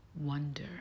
wonder